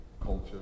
culture